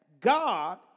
God